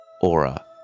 aura